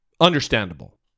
understandable